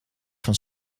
van